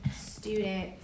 student